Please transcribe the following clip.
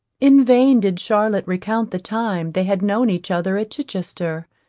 in vain did charlotte recount the time they had known each other at chichester,